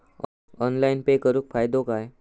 Online pay करुन फायदो काय?